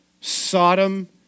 Sodom